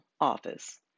office